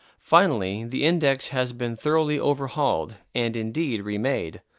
finally, the index has been thoroughly overhauled and, indeed, remade.